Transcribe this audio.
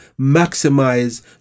maximize